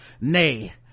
Nay